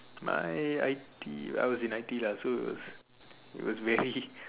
my I_T_E I was in I_T_E lah so it was very